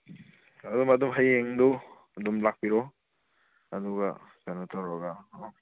ꯑꯗꯨꯝ ꯑꯗꯨꯝ ꯍꯌꯦꯡꯗꯣ ꯑꯗꯨꯝ ꯂꯥꯛꯄꯤꯔꯣ ꯑꯗꯨꯒ ꯀꯩꯅꯣ ꯇꯧꯔꯒ